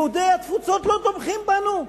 יהודי התפוצות לא תומכים בנו?